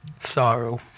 Sorrow